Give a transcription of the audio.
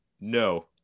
No